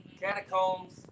Catacombs